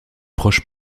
proche